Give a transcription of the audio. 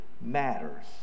matters